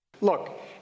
Look